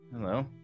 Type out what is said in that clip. Hello